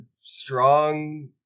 strong